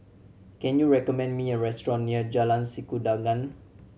can you recommend me a restaurant near Jalan Sikudangan